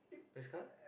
press card